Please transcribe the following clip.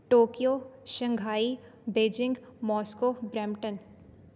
Tokyo Shanghai Beijing Moscow Brampton